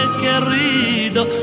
querido